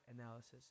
analysis